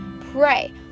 pray